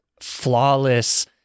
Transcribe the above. flawless